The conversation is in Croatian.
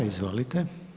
Izvolite.